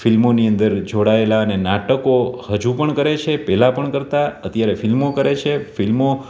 ફિલ્મોની અંદર જોડાયેલાં અને નાટકો હજુ પણ કરે છે પહેલાં પણ કરતાં અત્યારે ફિલ્મો કરે છે ફિલ્મો